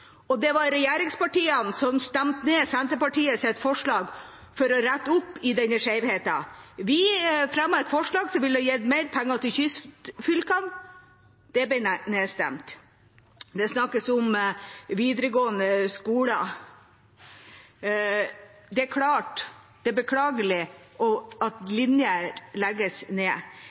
regjeringspartiene som stemte ned Senterpartiets forslag om å rette opp i denne skjevheten. Vi fremmet et forslag som ville gitt mer penger til kystfylkene. Det ble nedstemt. Det snakkes om videregående skoler. Det er klart at det er beklagelig at linjer legges ned,